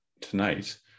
tonight